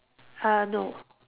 uh no